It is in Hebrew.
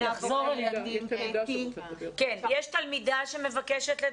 אני חושבת שכל הנקודות שהעלו פה הן מאוד חשובות והן מאוד נכונות,